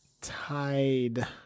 Tide